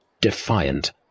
defiant